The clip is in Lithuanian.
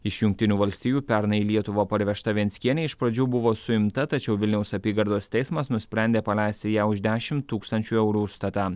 iš jungtinių valstijų pernai į lietuvą parvežta venckienė iš pradžių buvo suimta tačiau vilniaus apygardos teismas nusprendė paleisti ją už dešim tūkstančių eurų užstatą